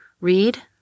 Read